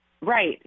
right